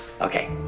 Okay